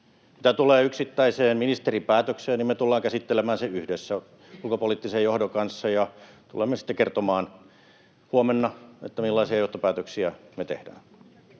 Mitä tulee yksittäiseen ministeripäätökseen, niin me tullaan käsittelemään se yhdessä ulkopoliittisen johdon kanssa ja tulemme sitten kertomaan huomenna, millaisia johtopäätöksiä me tehdään.